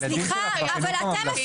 הילדים שלך בחינוך הממלכתי?